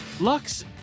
Lux